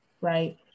right